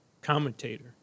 commentator